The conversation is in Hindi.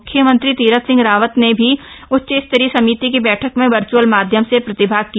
मुख्यमंत्री तीरथ सिंह रावत ने भी उच्च स्तरीय समिति की बैठक में वर्चअल माध्यम से प्रतिभाग किया